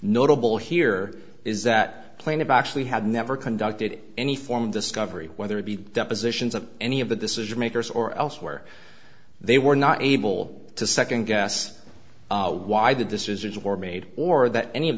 notable here is that plaintive actually had never conducted any form of discovery whether it be the depositions of any of that this is makers or elsewhere they were not able to second guess why the decisions were made or that any of